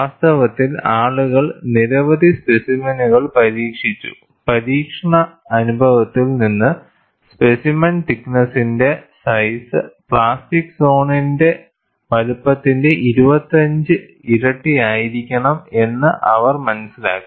വാസ്തവത്തിൽ ആളുകൾ നിരവധി സ്പെസിമെനുകൾ പരീക്ഷിച്ചു പരീക്ഷണ അനുഭവത്തിൽ നിന്ന് സ്പെസിമെൻ തിക്ക് നെസ്സിന്റെ സൈസ് പ്ലാസ്റ്റിക് സോണിന്റെ വലുപ്പത്തിന്റെ 25 ഇരട്ടിയായിരിക്കണം എന്ന് അവർ മനസ്സിലാക്കി